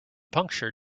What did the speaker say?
puncture